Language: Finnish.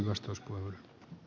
arvoisa puhemies